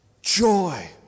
joy